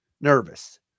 nervous